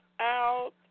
out